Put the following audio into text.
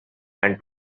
and